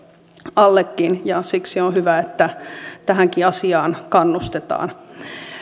alle siksi on hyvä että tähänkin asiaan kannustetaan